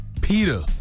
Peter